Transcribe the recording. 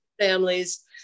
families